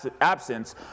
absence